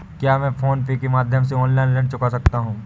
क्या मैं PhonePe के माध्यम से ऑनलाइन ऋण चुका सकता हूँ?